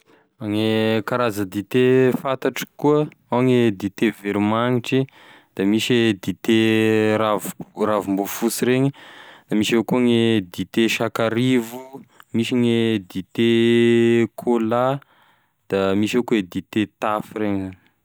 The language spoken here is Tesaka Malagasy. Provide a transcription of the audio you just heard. Gne karaza dite fantatro koa, ao gne dite veromagnitry, da misy e dite ravi- ravimboafosy reny, misy gne dite sakarivo, misy gne dite cola, da misy avao koa e dite taf regny.